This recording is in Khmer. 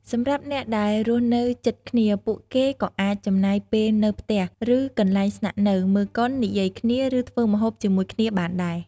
សម្រាប់អ្នកដែលរស់នៅជិតគ្នា ពួកគេក៏អាច ចំណាយពេលនៅផ្ទះ ឬកន្លែងស្នាក់នៅ មើលកុន និយាយគ្នា ឬធ្វើម្ហូបជាមួយគ្នាបានដែរ។